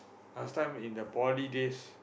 last time in the Poly days